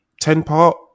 ten-part